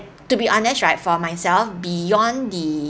to be honest right for myself beyond the